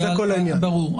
ברור.